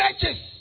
churches